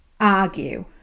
argue